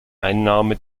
einnahme